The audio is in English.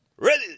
Ready